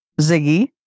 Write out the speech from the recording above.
Ziggy